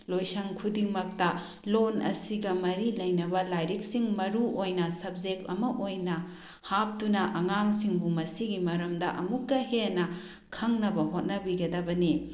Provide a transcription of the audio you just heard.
ꯂꯣꯏꯁꯪ ꯈꯨꯗꯤꯡꯃꯛꯇ ꯂꯣꯜ ꯑꯁꯤꯒ ꯃꯔꯤ ꯂꯩꯅꯕ ꯂꯥꯏꯔꯤꯛꯁꯤꯡ ꯃꯔꯨꯑꯣꯏꯅ ꯁꯕꯖꯦꯛ ꯑꯃ ꯑꯣꯏꯅ ꯍꯥꯞꯇꯨꯅ ꯑꯉꯥꯡꯁꯤꯡꯕꯨ ꯃꯁꯤꯒꯤ ꯃꯔꯝꯗ ꯑꯃꯨꯛꯀ ꯍꯦꯟꯅ ꯈꯪꯅꯕ ꯍꯣꯠꯅꯕꯤꯒꯗꯕꯅꯤ